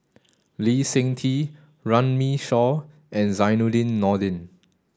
Lee Seng Tee Runme Shaw and Zainudin Nordin